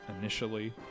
initially